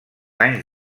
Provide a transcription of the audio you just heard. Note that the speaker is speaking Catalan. anys